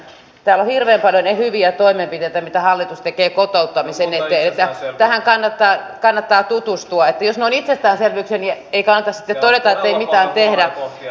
täällä hirveä paine hyviä toimenpiteitä kun hallitus tekee kotouttamisen eikä tähän kannattaa nostaa omavastuita sekä lääkkeiden että matkakulujen ja